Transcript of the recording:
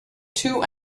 two